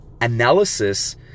analysis